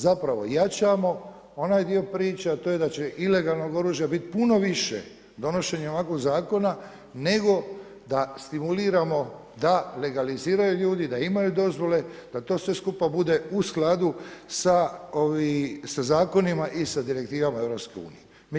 Zapravo, jačamo onaj dio priče, a to je da će ilegalnog oružja biti puno više donošenjem ovakvog zakona nego da stimuliramo da legaliziraju ljudi, da imaju dozvole, da to sve skupa bude u skladu sa zakonima i sa direktivama Europske unije.